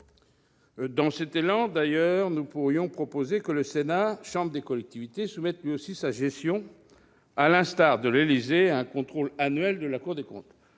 Dans cet élan, nous pourrions d'ailleurs proposer que le Sénat, chambre des collectivités, soumette lui aussi sa gestion, à l'instar de l'Élysée, à un contrôle annuel de la Cour des comptes.